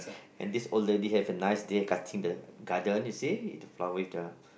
and this old lady have a nice dear cutting the garden you see the flower with the